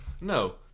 no